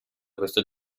questo